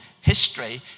history